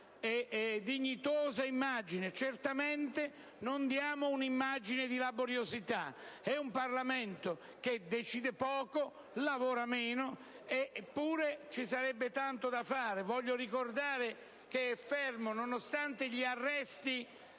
dignitosa immagine. Certamente non diamo una immagine di laboriosità. E' un Parlamento che decide poco, lavora meno: eppure ci sarebbe tanto da fare. Voglio ricordare che, nonostante gli arresti